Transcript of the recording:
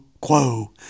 quo